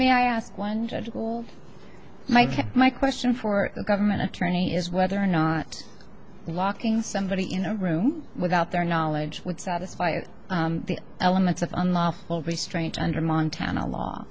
say i asked one judge a cool mike my question for the government attorney is whether or not locking somebody you know room without their knowledge would satisfy the elements of unlawful restraint under montana law